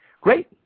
great